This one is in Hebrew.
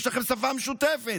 יש לכם שפה משותפת,